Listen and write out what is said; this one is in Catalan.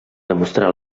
demostra